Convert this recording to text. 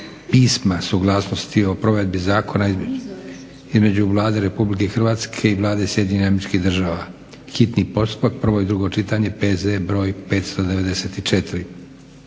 Pisma suglasnosti o provedbi zakona između Vlade Republike Hrvatske i Vlade Sjedinjenih Američkih Država, hitni postupak, prvo i drugo čitanje, PZ br. 594